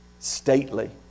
Stately